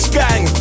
gang